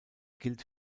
gilt